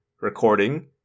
recording